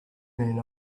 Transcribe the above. men